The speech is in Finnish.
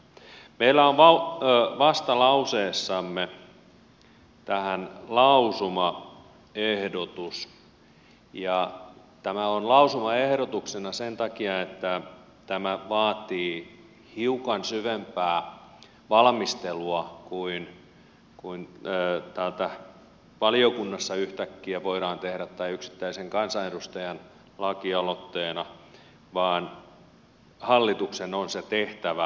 meillä on vastalauseessamme tähän lausumaehdotus ja tämä on lausumaehdotuksena sen takia että tämä vaatii hiukan syvempää valmistelua kuin valiokunnassa yhtäkkiä voidaan tehdä tai yksittäisen kansanedustajan lakialoitteena vaan hallituksen on se tehtävä